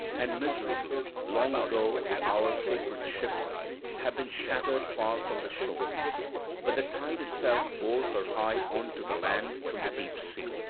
and miserably long ago would our sacred ship have been shattered far from the shore but the tide itself bore her high on to the land from the deep sea.